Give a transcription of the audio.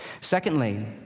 Secondly